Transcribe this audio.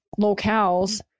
locales